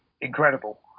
incredible